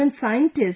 scientists